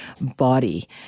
body